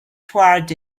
toward